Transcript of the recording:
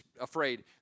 afraid